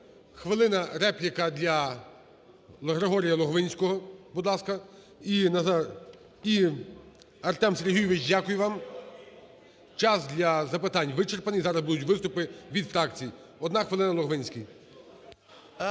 хвилина репліка для Георгія Логвинського, будь ласка. І… Артем Сергійович, дякую вам, час для запитань вичерпаний. Зараз будуть виступити від фракцій. Одна хвилина, Логвинський.